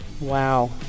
Wow